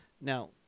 Now